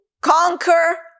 conquer